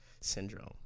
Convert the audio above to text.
syndrome